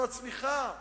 אין דבר כזה.